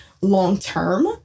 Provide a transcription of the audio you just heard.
long-term